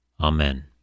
Amen